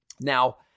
Now